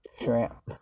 shrimp